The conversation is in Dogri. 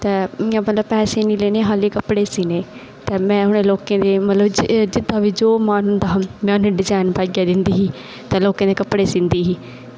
ते इंया मतलब पैसे निं लैने छड़े कपड़े सीह्ने ते में बी मतलब ओह् लोकें ई जेह्ड़े मार्डन डिजाईन पाइयै दिंदी ही ते लोकें दे कपड़े सीहंदी ही ते ओह् खाल्ली मिगी इंया